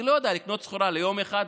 ואני לא יודע אם לקנות סחורה ליום אחד,